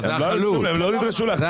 הם לא נדרשו להחזיר.